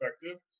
perspective